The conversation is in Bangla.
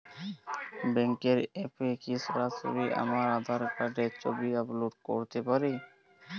ব্যাংকের অ্যাপ এ কি সরাসরি আমার আঁধার কার্ড র ছবি আপলোড করতে পারি?